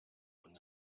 вони